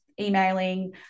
emailing